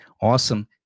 Awesome